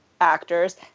actors